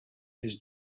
his